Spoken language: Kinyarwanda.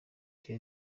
cya